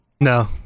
No